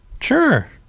Sure